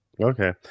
Okay